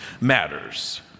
matters